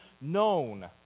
known